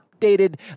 updated